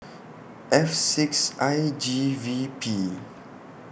F six I G V P